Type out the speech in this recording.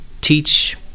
teach